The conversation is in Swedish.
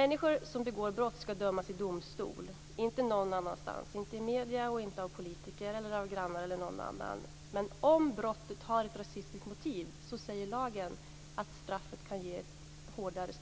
Människor som begår brott ska dömas i domstol och inte någon annanstans, inte i medierna, inte av politiker, inte av grannar eller av någon annan. Men om brottet har ett rasistiskt motiv säger lagen att det kan bli ett hårdare